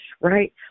right